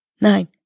nine